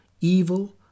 evil